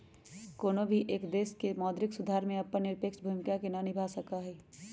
कौनो भी एक देश मौद्रिक सुधार में अपन निरपेक्ष भूमिका के ना निभा सका हई